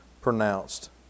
pronounced